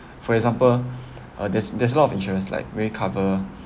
for example uh there's there's a lot of insurance like really recover